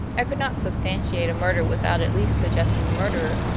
i could not substantiate a murder without at least suggesting a murderer,